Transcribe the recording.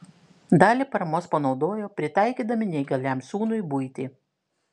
dalį paramos panaudojo pritaikydami neįgaliam sūnui buitį